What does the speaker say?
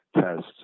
tests